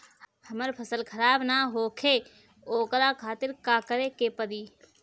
हमर फसल खराब न होखे ओकरा खातिर का करे के परी?